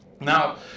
Now